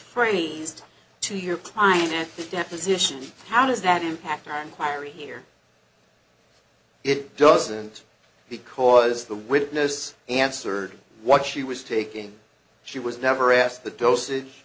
phrased to your client at the deposition how does that impact our inquiry here it doesn't because the witness answered what she was taking she was never asked the dosage